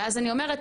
ואז אני אומרת,